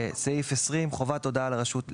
חובת הודעה לרשות,